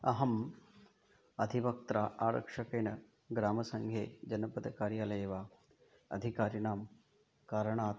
अहम् अधिवक्त्रा आरक्षकेण ग्रामसङ्घे जनपदकार्यालये वा अधिकारिणां कारणात्